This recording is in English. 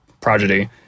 prodigy